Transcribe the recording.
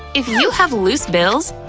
if you have loose bills,